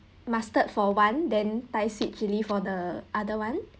mustard for one then thai sweet chilli for the other one